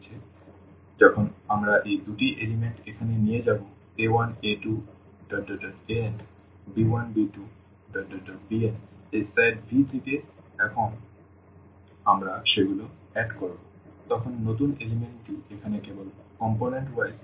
সুতরাং যখন আমরা এই দুটি উপাদান এখানে নিয়ে যাব a1a2an b1b2bn এই সেট V থেকে এবং যখন আমরা সেগুলি যোগ করব তখন নতুন উপাদানটি এখানে কেবল কম্পোনেন্ট ভিত্তিক সংযোজন হবে